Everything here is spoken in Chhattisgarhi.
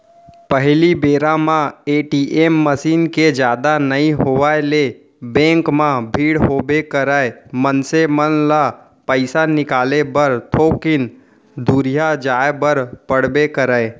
पहिली बेरा म ए.टी.एम मसीन के जादा नइ होय ले बेंक म भीड़ होबे करय, मनसे मन ल पइसा निकाले बर थोकिन दुरिहा जाय बर पड़बे करय